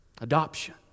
Adoption